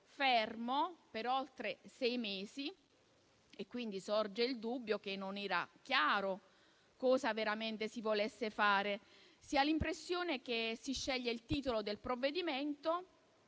fermo per oltre sei mesi. Sorge il dubbio che non fosse chiaro cosa veramente si volesse fare. Si ha l'impressione che si scelga il titolo del provvedimento,